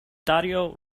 stadio